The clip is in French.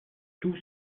tous